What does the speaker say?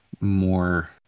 more